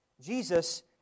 Jesus